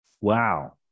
wow